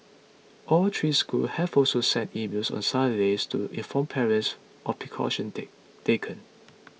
all three schools have also sent emails on Saturday to inform parents of precautions take taken